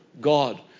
god